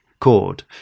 chord